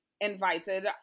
invited